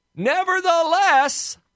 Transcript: Nevertheless